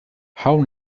how